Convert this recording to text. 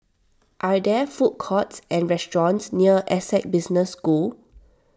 are there food courts and restaurants near Essec Business School